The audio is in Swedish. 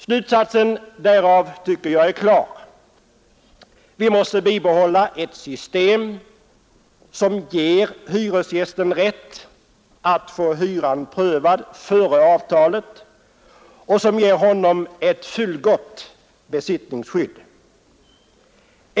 Slutsatsen därav tycker jag är klar: vi måste bibehålla ett system, som ger hyresgästen rätt att få hyran prövad före avtalet och som ger honom ett fullgott besittningsskydd.